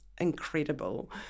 incredible